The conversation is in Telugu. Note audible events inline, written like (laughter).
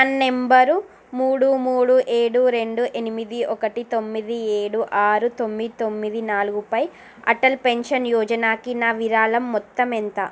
(unintelligible) నంబరు మూడు మూడు ఏడు రెండు ఎనిమిది ఒకటి తొమ్మిది ఏడు ఆరు తొమ్మిది తొమ్మిది నాలుగు పై అటల్ పెన్షన్ యోజనాకి నా విరాళం మొత్తం ఎంత